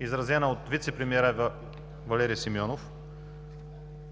изразена от вицепремиера Валери Симеонов: